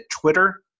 Twitter